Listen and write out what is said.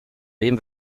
wem